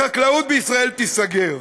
החקלאות בישראל תיסגר.